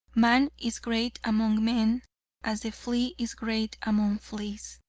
man is great among men as the flea is great among fleas.